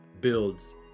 builds